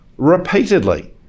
repeatedly